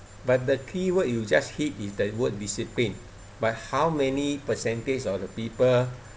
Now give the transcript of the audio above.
but the key word you just hit is the word discipline but how many percentage of the people